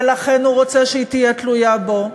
ולכן הוא רוצה שהיא תהיה תלויה בו,